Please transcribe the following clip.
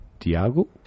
Diago